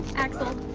axel,